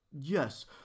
Yes